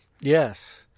Yes